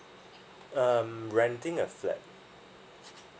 um renting a flat